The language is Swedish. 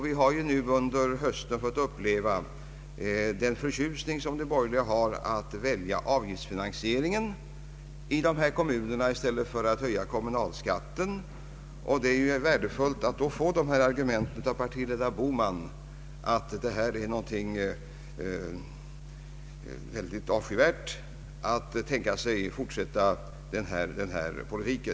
Vi har under hösten fått uppleva de borgerligas förtjusning att välja avgiftsfinansiering i dessa kommuner i stället för att höja kommunalskatten. Då är det värdefullt att få höra av partiledare Bohman att det är någonting mycket avskyvärt att tänka sig att fortsätta denna politik.